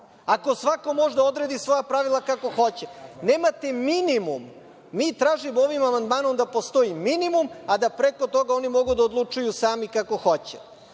ako svako može da odredi svoja pravila kako hoće. Nemate minimum. Mi tražimo ovim amandmanom da postoji minimum, a da preko toga oni mogu da odlučuju sami kako